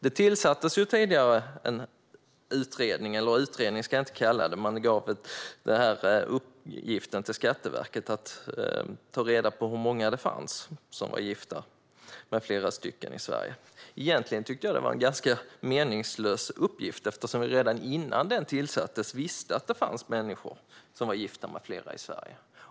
Det tillsattes ju tidigare en utredning, eller rättare sagt gav man Skatteverket i uppdrag att ta reda på hur många det fanns i Sverige som var gifta med flera. Jag tycker att detta var en ganska meningslös uppgift eftersom vi redan tidigare visste att det fanns människor i Sverige som var gifta med flera.